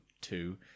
two